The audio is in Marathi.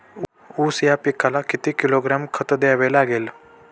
ऊस या पिकाला किती किलोग्रॅम खत द्यावे लागेल?